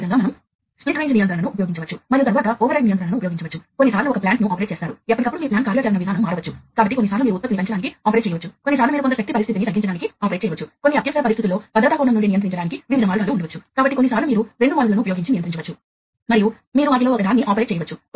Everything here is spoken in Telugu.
కాబట్టి మనం ఫీల్డ్ బస్సు ను ఉపయోగిస్తున్నాము మీరు కమ్యూనికేషన్ వేగాన్ని పెంచుతారు కాబట్టి మీరు పెద్ద మొత్తంలో డేటా ను చిన్న సమయాలలో మార్పిడి చేసుకోవచ్చు మరియు మీరు వాటిని విశ్వసనీయంగా మార్పిడి చేసుకోవచ్చు